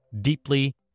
deeply